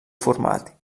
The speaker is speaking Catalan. format